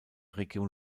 region